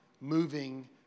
moving